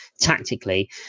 tactically